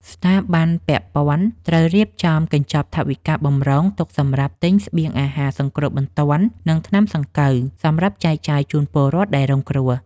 ស្ថាប័នពាក់ព័ន្ធត្រូវរៀបចំកញ្ចប់ថវិកាបម្រុងទុកសម្រាប់ទិញស្បៀងអាហារសង្គ្រោះបន្ទាន់ និងថ្នាំសង្កូវសម្រាប់ចែកចាយជូនពលរដ្ឋដែលរងគ្រោះ។